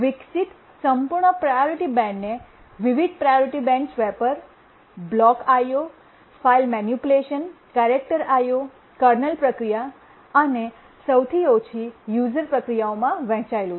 વિકસિત સંપૂર્ણ પ્રાયોરિટી બેન્ડને વિવિધ priority band swapper block IO file manipulation character IO kernel પ્રક્રિયા અને સૌથી ઓછી યુઝર પ્રક્રિયાઓમાં વહેંચાયેલું છે